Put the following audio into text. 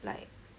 like